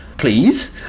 Please